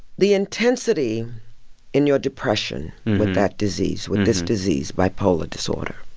the intensity in your depression with that disease, with this disease, bipolar disorder,